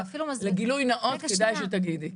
לגילוי נאות כדי שתגידי.